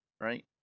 Right